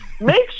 make